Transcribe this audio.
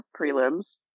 prelims